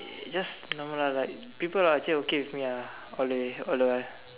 just no lah like people are actually okay with me ah all the way all the while